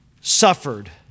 suffered